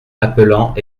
appelant